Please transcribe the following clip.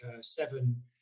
seven